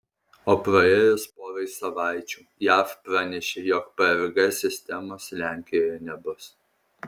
o praėjus porai savaičių jav pranešė jog prg sistemos lenkijoje nebus